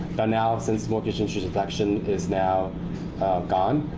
the analysis mortgage interest deduction is now gone.